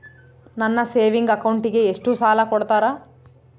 ನನ್ನ ಸೇವಿಂಗ್ ಅಕೌಂಟಿಗೆ ಎಷ್ಟು ಸಾಲ ಕೊಡ್ತಾರ?